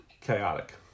chaotic